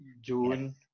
June